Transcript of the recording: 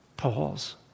Paul's